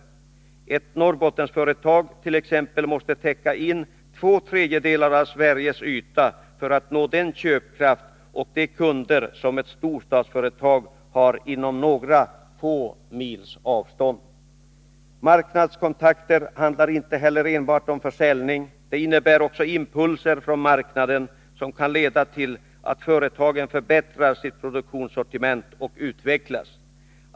Ett Norrbottensföretag måste täcka in två tredjedelar av Sveriges yta för att nå den köpkraft och de kunder som ett storstadsföretag har inom några få mils avstånd. Marknadskontakter handlar inte heller enbart om försäljning. De innebär också impulser från marknaden, som kan leda till att företagen förbättrar sitt produktsortiment och utvecklas.